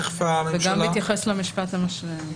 גם להתייחס למשפט המשלים.